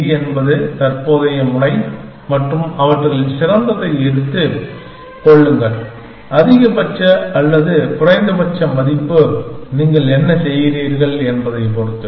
c என்பது தற்போதைய முனை மற்றும் அவற்றில் சிறந்ததை எடுத்துக் கொள்ளுங்கள் அதிகபட்ச அல்லது குறைந்தபட்ச மதிப்பு நீங்கள் என்ன செய்கிறீர்கள் என்பதைப் பொறுத்து